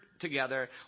together